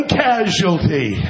casualty